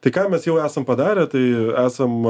tai ką mes jau esam padarę tai esam